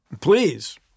Please